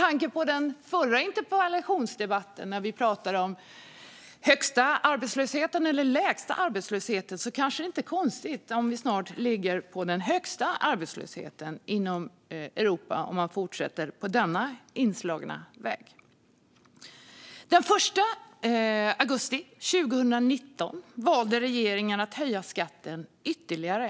Apropå den förra interpellationsdebatten, då vi pratade om den högsta eller lägsta arbetslösheten, är det kanske inte konstigt om vi snart ligger på den högsta arbetslösheten i Europa om man fortsätter på den inslagna vägen. Den 1 augusti 2019 valde regeringen att höja skatten ytterligare.